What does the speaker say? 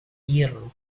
hierro